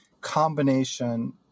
combination